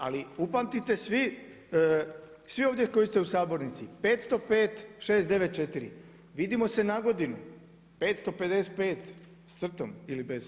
Ali upamtite svi ovdje koji ste u sabornici 505.694 vidimo se na godinu 555 s crtom ili bez.